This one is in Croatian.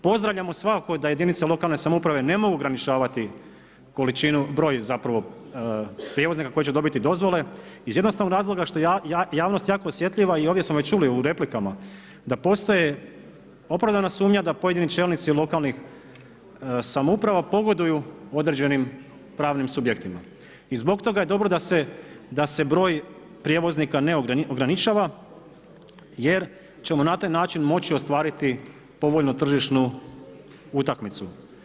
Pozdravljamo svakako da jedinice lokalne samouprave ne mogu ograničavati količinu, broj zapravo prijevoznika koji će dobiti dozvole iz jednostavnog razloga što javnost jako osjetljiva i ovdje smo već čuli u replikama da postoji opravdana sumnja da pojedini čelnici lokalnih samouprava pogoduju određenim pravnim subjektima i zbog toga je dobro da se broj prijevoznika ne ograničava jer ćemo na taj način moći ostvariti povoljnu tržišnu utakmicu.